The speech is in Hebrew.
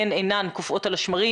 הן אינן קופאות על השמרים.